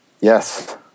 Yes